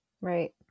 Right